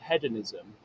hedonism